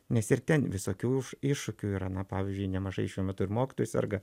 nes ir ten visokių uš iššūkių yra na pavyzdžiui nemažai šiuo metu ir mokytojų serga